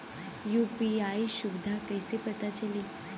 UPI सुबिधा कइसे पता चली?